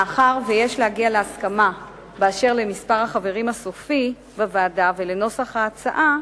מאחר שיש להגיע להסכמה באשר למספר החברים הסופי בוועדה ולנוסח ההצעה,